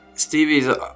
Stevie's